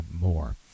more